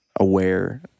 Aware